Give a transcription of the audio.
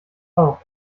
auf